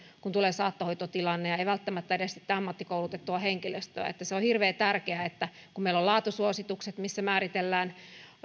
kun tulee saattohoitotilanne eikä välttämättä edes sitten ammattikoulutettua henkilöstöä se on hirveän tärkeää että kun meillä on laatusuositukset missä määritellään